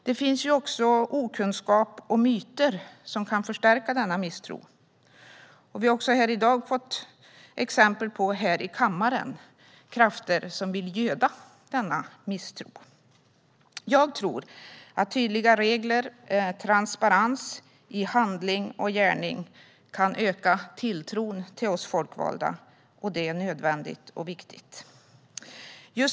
Det finns också okunskap och myter som kan förstärka denna misstro. Vi har här i kammaren i dag fått exempel på krafter som vill göda denna misstro. Jag tror att tydliga regler och transparens i handling och gärning kan öka tilltron till oss folkvalda. Det är nödvändigt och viktigt.